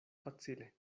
facile